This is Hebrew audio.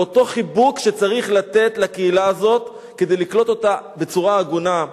באותו חיבוק שצריך לתת לקהילה הזאת כדי לקלוט אותה בצורה הגונה,